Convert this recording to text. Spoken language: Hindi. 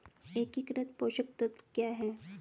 एकीकृत पोषक तत्व क्या है?